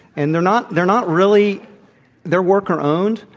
and they're not they're not really they're worker-owned,